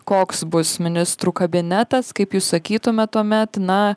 koks bus ministrų kabinetas kaip jūs sakytumėt tuomet na